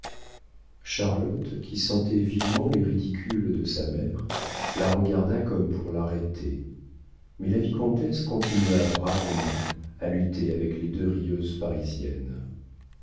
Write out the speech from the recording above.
charlotte qui sentait vivement les ridicules de sa mère la regarda comme pour l'arrêter mais la vicomtesse continua bravement à lutter avec les deux rieuses parisiennes